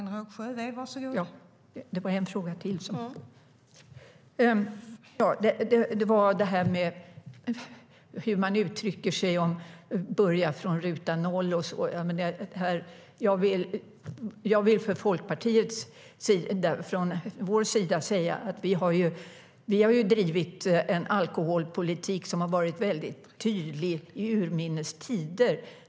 Det var en fråga till om det här med hur man uttrycker sig - börja från ruta noll och så. Jag vill från Folkpartiets sida säga att vi har drivit en alkoholpolitik som har varit väldigt tydlig i urminnes tider.